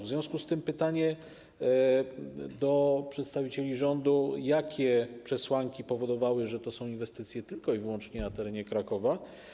W związku z tym pytanie do przedstawicieli rządu: Jakie przesłanki spowodowały, że te inwestycje są tylko i wyłącznie na terenie Krakowa?